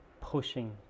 pushing